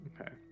Okay